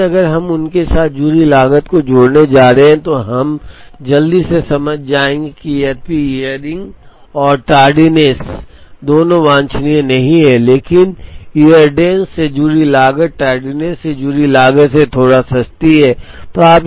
लेकिन अगर हम उनके साथ जुड़ी लागत को जोड़ने जा रहे हैं तो हम जल्दी से समझ जाएंगे कि यद्यपि ईयररिंग और टार्डनेस दोनों वांछनीय नहीं हैं लेकिन ईयरडेंस से जुड़ी लागत टैर्डनेस से जुड़ी लागत से थोड़ी सस्ती है